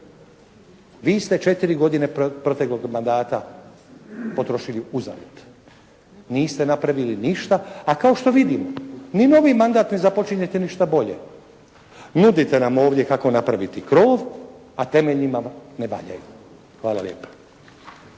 Vi ste četiri godine proteklog mandata potrošili uzalud. Niste napravili ništa, a kao što vidimo ni novi mandat ne započinjete nešto bolje. Nudite nam ovdje kako napraviti krov, a temelji vam ne valjaju. Hvala lijepa.